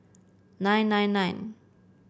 nine nine nine